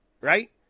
right